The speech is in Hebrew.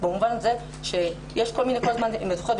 במובן הזה שיש כל הזמן אם את זוכרת,